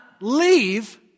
leave